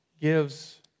gives